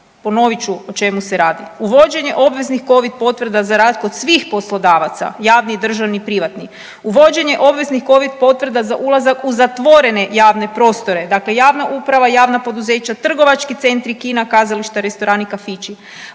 Ponovit ću o čemu se radi, uvođenje obveznih covid potvrda za rad kod svih poslodavaca javni, državni privatni, uvođenje obveznih covid potvrda za ulazak u zatvorene javne prostore, dakle javna uprava, javna poduzeća, trgovački centri, kina, kazališta, restorani, kafići,